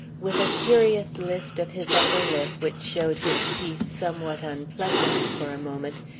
with a curious lift of his upper lip, which showed his teeth somewhat unpleasantly for a moment,